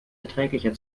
erträglicher